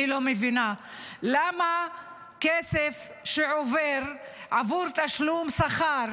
אני לא מבינה למה כסף שעובר עבור תשלום שכר